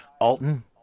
Alton